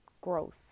Growth